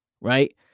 right